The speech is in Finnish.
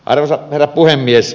arvoisa herra puhemies